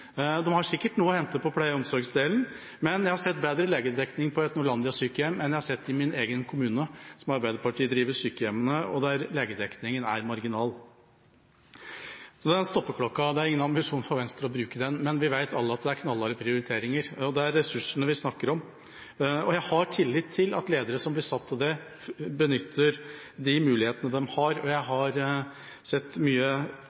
har sikkert noe å hente på pleie- og omsorgsdelen, men jeg har sett bedre legedekning på et Norlandia-sykehjem enn jeg har sett i min egen kommune, der Arbeiderpartiet driver sykehjemmene, og der legedekningen er marginal. Når det gjelder stoppeklokka, er det ingen ambisjon for Venstre å bruke den, men vi vet alle at det er knallharde prioriteringer, og det er ressursene vi snakker om. Jeg har tillit til at ledere som blir satt til det, benytter de mulighetene de har. Jeg har sett mye pleie og omsorg innenfra, og jeg har ikke sett